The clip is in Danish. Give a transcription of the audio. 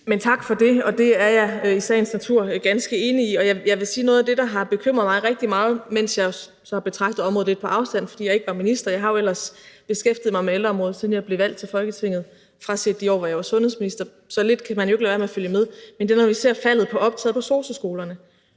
Krag): Tak for det. Og det er jeg i sagens natur ganske enig i. Jeg vil sige, at noget af det, der har bekymret mig rigtig meget, mens jeg har betragtet området lidt på afstand, fordi jeg ikke var minister – jeg har jo ellers beskæftiget mig med ældreområdet, siden jeg blev valgt til Folketinget, fraset de år, hvor jeg var sundhedsminister, så lidt kan jeg jo ikke lade være med at følge med – er, når vi ser faldet i optaget på sosu-skolerne.